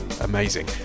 amazing